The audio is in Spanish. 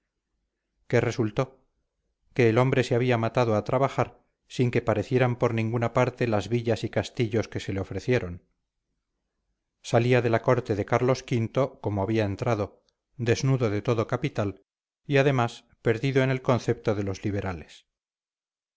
qué resultó que el hombre se había matado a trabajar sin que parecieran por ninguna parte las villas y castillos que se le ofrecieron salía de la corte de carlos v como había entrado desnudo de todo capital y además perdido en el concepto de los liberales